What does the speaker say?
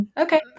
Okay